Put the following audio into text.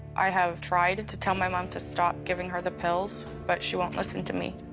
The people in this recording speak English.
i have tried to tell my mom to stop giving her the pills, but she won't listen to me.